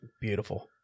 Beautiful